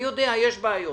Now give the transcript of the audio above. אני יודע, יש בעיות